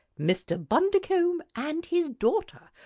mr. bundercombe and his daughter,